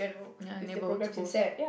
ya neighbourhood schools